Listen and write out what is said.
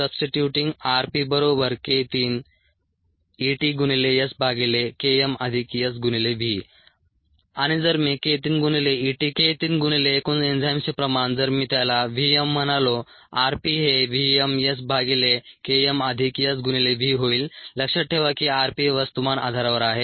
Substituting rPk3 EtSKmSV आणि जर मी k 3 गुणिले E t k 3 गुणिले एकूण एन्झाईम्सचे प्रमाण जर मी त्याला v m म्हणालो r P हे v m S भागिले K m अधिक S गुणिले V होईल लक्षात ठेवा की r P हे वस्तुमान आधारावर आहे